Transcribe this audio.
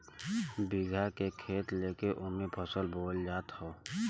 बीघा के खेत लेके ओमे फसल बोअल जात हौ